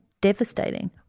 devastating